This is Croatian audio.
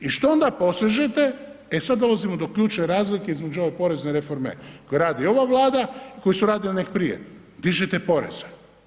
I što onda posežete, e sad dolazimo do ključne razlike između ove porezne reforme koju radi ova Vlada i koju su radili neki prije, dižite poreze.